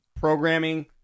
Programming